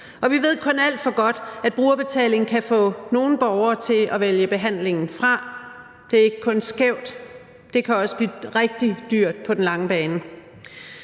Og vi ved kun alt for godt, at brugerbetaling kan få nogle borgere til at vælge behandlingen fra. Det er ikke kun skævt, det kan også blive rigtig dyrt på den lange bane.